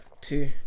Two